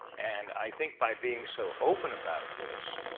and i think by being so open about this,